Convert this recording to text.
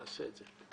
נעשה את זה,